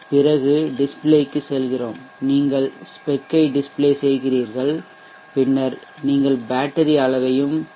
பிறகு டிஸ்ப்ளே க்கு செல்கிறோம் நீங்கள் ஸ்பெக்கை டிஸ்ப்ளே செய்கிறீர்கள் பின்னர் நீங்கள் பேட்டரி அளவையும் பி